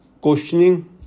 questioning